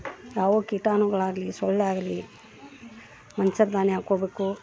ಯಾವೂ ಕೀಟಾಣುಗಳಾಗಲೀ ಸೊಳ್ಳೆ ಆಗಲೀ ಮಂಚರ್ದಾನಿ ಹಾಕೋಬೇಕು